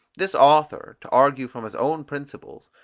this author, to argue from his own principles,